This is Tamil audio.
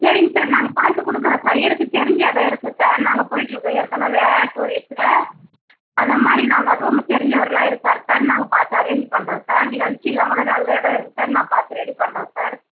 சரிங்க சார் நாங்கள் பார்த்து கொடுக்குறோம் சார் இருக்கு தெரிஞ்ச இடோம் இருக்கு சார் நாங்கள் போயிட்யிருந்தோ ஏற்கனவே டூரிஸ்ட் அதை மாதிரி நாங்கள் ரூம் தெரிஞ்சவருலாம் இருக்கார் சார் நாங்கள் பார்த்து அரேன்ஜ் பண்ணுறோம் சார் லன்சுலாமும் நல்ல இடோம் இருக்கு சார் நான் பார்த்து ரெடி பண்ணுறோம் சார்